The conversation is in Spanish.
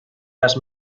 las